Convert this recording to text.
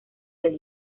del